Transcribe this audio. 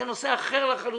היה נושא אחר לחלוטין,